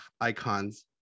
Icons